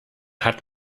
hat